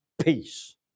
peace